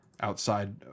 outside